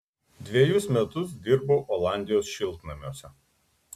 dvejus metus dirbau olandijos šiltnamiuose